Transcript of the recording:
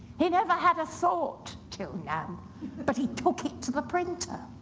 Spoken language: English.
he never had a thought till now but he took it to the printer.